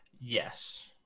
Yes